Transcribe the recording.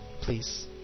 Please